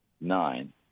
nine